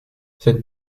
cette